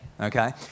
Okay